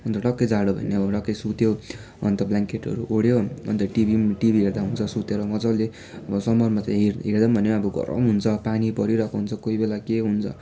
अन्त टक्कै जाडो भयो भने अब टक्कै सुत्यो अन्त ब्ल्याङ्केटहरू ओड्यो अन्त टिभी पनि टिभी हेर्दा हुन्छ सुतेर मजाले अब समरमा चाहिँ हेरौँ पनि भनौँ अब गरम हुन्छ पानी परिरहेको हुन्छ कोही बेला के हुन्छ